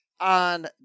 on